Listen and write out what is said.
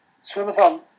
Swimathon